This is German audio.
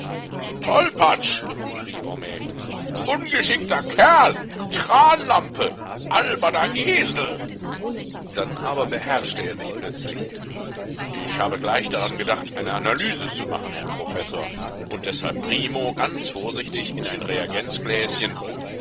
tolpatsch schrie homais ungeschickter kerl tranlampe alberner esel dann aber beherrschte er sich plötzlich ich habe gleich daran gedacht eine analyse zu machen herr professor und deshalb primo ganz vorsichtig in ein reagenzgläschen